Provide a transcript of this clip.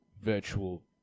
virtual